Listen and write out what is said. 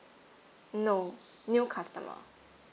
no new customer